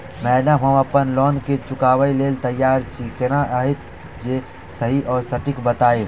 Madam हम अप्पन loan केँ चुकाबऽ लैल तैयार छी केना हएत जे सही आ सटिक बताइब?